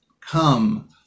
come